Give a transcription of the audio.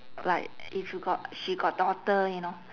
like if you got she got daughter you know